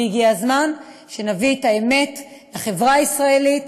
והגיע הזמן שנביא את האמת לחברה הישראלית,